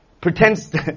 pretends